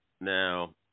now